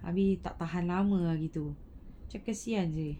habis tak tahan lama ah begitu macam kesian seh